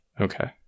Okay